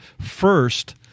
first